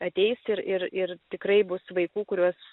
ateis ir ir ir tikrai bus vaikų kuriuos